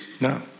No